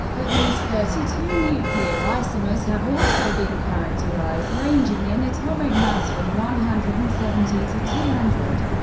at least thirty two nuclear isomers have also been characterized, ranging in atomic mass from one hundred and seventy to two hundred.